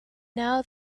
now